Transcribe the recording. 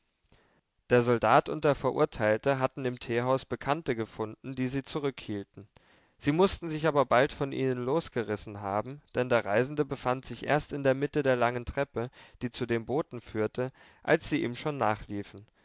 der soldat und der verurteilte hatten im teehaus bekannte gefunden die sie zurückhielten sie mußten sich aber bald von ihnen losgerissen haben denn der reisende befand sich erst in der mitte der langen treppe die zu den booten führte als sie ihm schon nachliefen